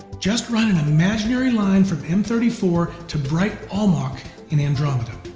just run an and imaginary line from m three four to bright almach in andromeda.